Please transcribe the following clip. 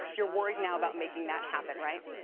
you're worried now about making that happen, right